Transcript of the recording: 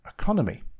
economy